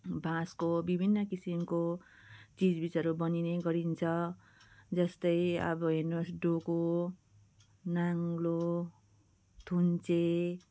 बाँसको विभिन्न किसिमको चिजबिजहरू बनिने गरिन्छ जस्तै अब हेर्नुहोस् डोको नाङ्लो थुन्चे